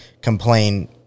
complain